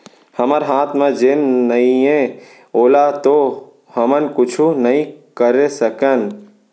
हमर हाथ म जेन नइये ओला तो हमन कुछु नइ करे सकन